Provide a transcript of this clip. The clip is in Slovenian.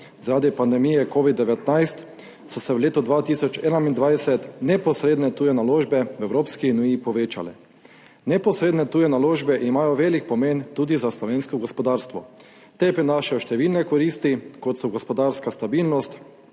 zaradi pandemije Covid-19 so se v letu 2021 neposredne tuje naložbe v Evropski uniji povečale. Neposredne tuje naložbe imajo velik pomen tudi za slovensko gospodarstvo. Te prinašajo številne koristi, kot so gospodarska stabilnost,